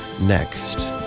next